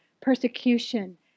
persecution